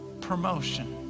promotion